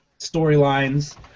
storylines